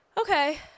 Okay